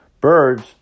birds